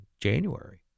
January